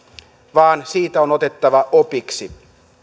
vaan siitä on otettava opiksi